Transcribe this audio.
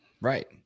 Right